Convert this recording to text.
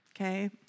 Okay